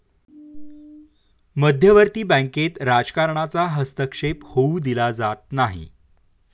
मध्यवर्ती बँकेत राजकारणाचा हस्तक्षेप होऊ दिला जात नाही